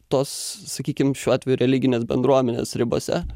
tos sakykim šiuo atveju religinės bendruomenės ribose